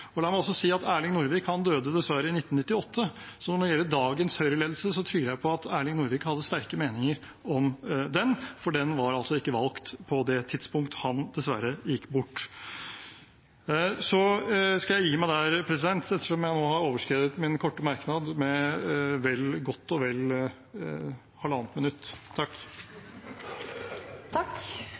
La meg også si at Erling Norvik dessverre døde i 1998, så når det gjelder dagens Høyre-ledelse, tviler jeg på at Erling Norvik hadde sterke meninger om den, for den var altså ikke valgt på det tidspunkt han dessverre gikk bort. Jeg skal gi meg der, ettersom jeg nå har overskredet min korte merknad med godt og vel halvannet minutt.